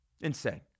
Insane